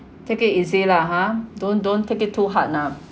take it easy lah ha don't don't take it too hard nah